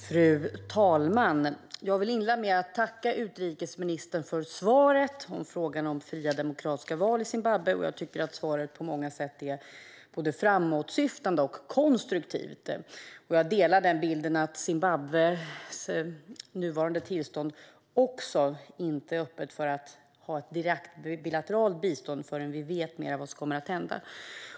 Fru talman! Jag vill inleda med att tacka utrikesministern för svaret på frågan om fria demokratiska val i Zimbabwe. Jag tycker att svaret på många sätt är både framåtsyftande och konstruktivt, och jag delar även bilden att Zimbabwes nuvarande tillstånd inte öppnar för ett direkt bilateralt bistånd. Vi behöver veta mer om vad som kommer att hända.